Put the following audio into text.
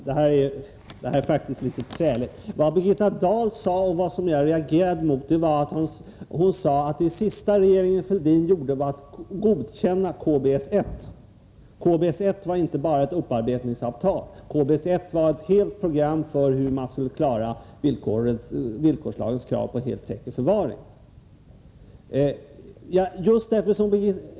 Herr talman! Det här är faktiskt litet träligt. Vad Birgitta Dahl sade och vad jag reagerade mot var att hon påstod att det sista regeringen Fälldin gjorde var att godkänna KBS 1. KBS 1 var inte bara ett upparbetningsavtal utan också ett helt program för hur man skall kunna klara villkorslagens krav på helt säker förvaring.